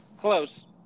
Close